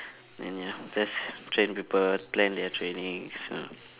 and ya just train people plan their trainings